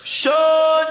show